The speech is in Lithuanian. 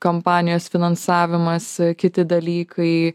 kampanijos finansavimas kiti dalykai